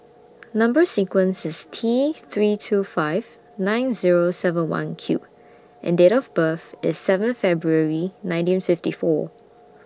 Number sequence IS T three two five nine Zero seven one Q and Date of birth IS seven February nineteen fifty four